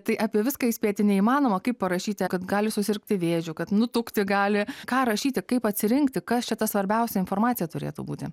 tai apie viską įspėti neįmanoma kaip parašyti kad gali susirgti vėžiu kad nutukti gali ką rašyti kaip atsirinkti kas čia ta svarbiausia informacija turėtų būti